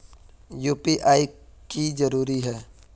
UPI की जरूरी है?